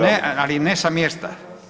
Ne, ali ne sa mjesta.